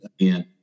again